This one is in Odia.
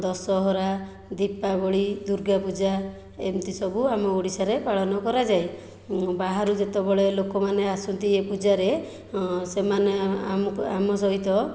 ଦଶହରା ଦୀପାବଳି ଦୁର୍ଗାପୂଜା ଏମିତି ସବୁ ଆମ ଓଡ଼ିଶାରେ ପାଳନ କରାଯାଏ ବାହାରୁ ଯେତେବେଳେ ଲୋକମାନେ ଆସନ୍ତି ଏ ପୂଜାରେ ସେମାନେ ଆମ ଆମ ସହିତ